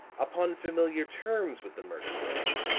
upon familiar terms with the murdered man.